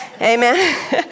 Amen